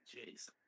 Jeez